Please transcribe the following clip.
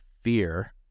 fear